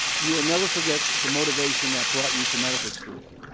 you will never forget the motivation that brought you to medical school.